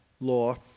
law